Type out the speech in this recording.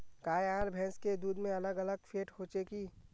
गाय आर भैंस के दूध में अलग अलग फेट होचे की?